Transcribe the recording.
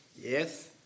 Yes